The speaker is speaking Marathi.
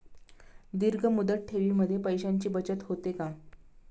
दीर्घ मुदत ठेवीमध्ये पैशांची बचत होते का?